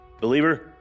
Believer